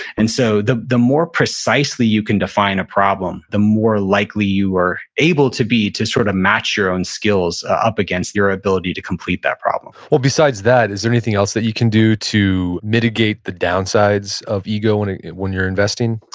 and so the the more precisely you can define a problem, the more likely you are able to be, to sort of match your own skills up against your ability to complete that problem well, besides that, is there anything else that you can do to mitigate the downsides of ego and and when you're investing?